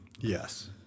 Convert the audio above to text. Yes